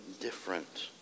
different